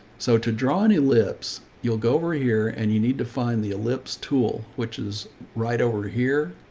so to draw any lips, you'll go over a year and you need to find the ellipse tool, which is right over here.